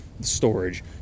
storage